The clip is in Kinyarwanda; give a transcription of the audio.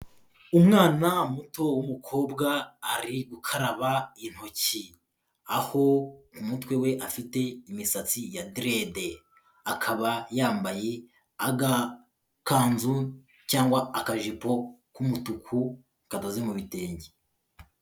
Umwana muto w'umukobwa ari gukaraba intoki, aho mu mutwe we afite imisatsi ya direde, akaba yambaye agakanzu cyangwa akajipo k'umutuku kadoze mu bitenge.